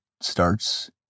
starts